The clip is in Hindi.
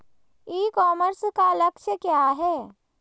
ई कॉमर्स का लक्ष्य क्या है?